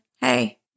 Hey